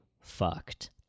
fucked